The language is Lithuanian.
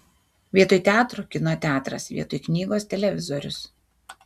vietoj teatro kino teatras vietoj knygos televizorius